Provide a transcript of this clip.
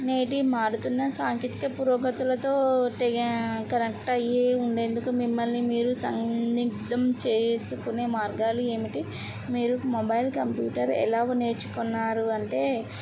నేటి మారుతున్న సాంకేతిక పురోగతులతో కరెక్ట్ అయ్యే ఉండేందుకు మిమ్మల్ని మీరు సన్నద్ధం చేసుకొనే మార్గాలు ఏమిటి మీరు మొబైల్ కంప్యూటర్ ఎలాగో నేర్చుకున్నారు అంటే